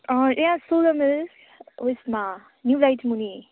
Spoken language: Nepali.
यहाँ सोल माइल ऊ यसमा न्यु राइडमुनि